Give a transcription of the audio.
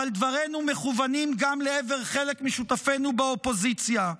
אבל דברינו מכוונים גם לעבר חלק משותפינו באופוזיציה.